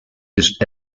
ist